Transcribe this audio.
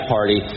Party